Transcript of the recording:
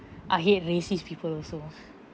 I hate racist people also